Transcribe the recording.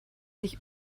sich